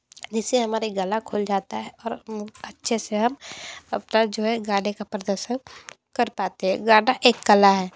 जिससे हमारे गला खुल जाता है और अच्छे से हम अब तक जो है गाने का प्रदर्शन कर पाते है गाना एक कला है